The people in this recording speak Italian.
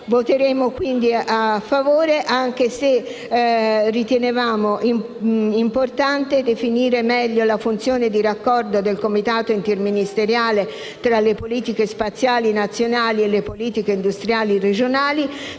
Voteremo, quindi, a favore, anche se ritenevamo importante definire meglio la funzione di raccordo del Comitato interministeriale tra le politiche spaziali nazionali e le politiche industriali regionali,